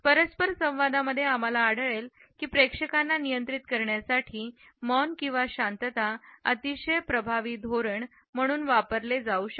परस्परसंवादामध्ये आम्हाला आढळले की प्रेक्षकांना नियंत्रित करण्यासाठी मौन किंवा शांतता अतिशय प्रभावी धोरण म्हणून वापरले जाऊ शकते